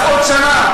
אז עוד שנה.